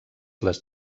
les